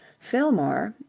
fillmore,